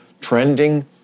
trending